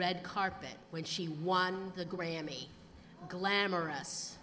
red carpet when she won the grammy glamorous